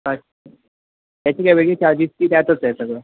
अच्छा त्याची काही वेगळी चार्जिस ती त्यातच आहे सगळं